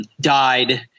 died